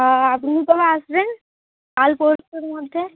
হ্যাঁ আপনি কবে আসবেন কাল পরশুর মধ্যে